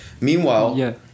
Meanwhile